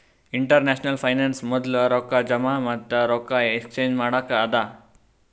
international finance ಮೊದ್ಲು ರೊಕ್ಕಾ ಜಮಾ ಮತ್ತ ರೊಕ್ಕಾ ಎಕ್ಸ್ಚೇಂಜ್ ಮಾಡಕ್ಕ ಅದಾ